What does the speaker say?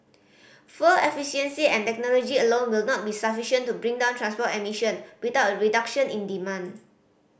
fuel efficiency and technology alone will not be sufficient to bring down transport emission without a reduction in demand